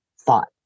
thought